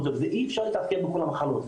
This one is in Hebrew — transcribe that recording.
אי אפשר להתעדכן בכל המחלות.